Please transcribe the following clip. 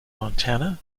montana